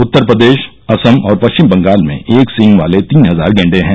उत्तर प्रदेश असम और पश्चिम बंगाल में एक सींग वाले तीन हजार गेंडे हैं